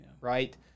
right